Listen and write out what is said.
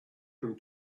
them